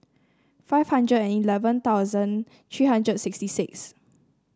five hundred and eleven thousand three hundred sixty six